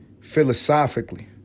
philosophically